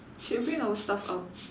should we bring our stuff out